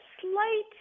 slight